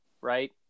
right